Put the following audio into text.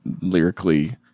lyrically